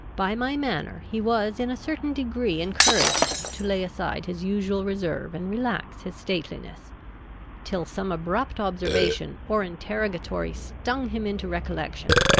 by my manner he was in a certain degree encouraged to lay aside his usual reserve, and relax his stateliness till some abrupt observation or interrogatory stung him into recollection,